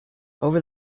over